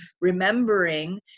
remembering